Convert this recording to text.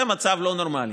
זה מצב לא נורמלי.